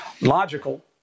Logical